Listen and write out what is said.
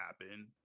happen